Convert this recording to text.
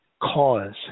cause